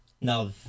Now